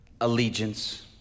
allegiance